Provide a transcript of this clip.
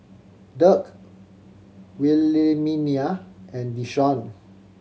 Dirk Wilhelmina and Deshaun